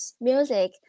music